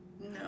No